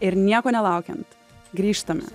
ir nieko nelaukiant grįžtame